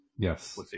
Yes